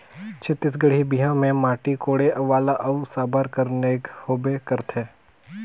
छत्तीसगढ़ी बिहा मे माटी कोड़े वाला अउ साबर कर नेग होबे करथे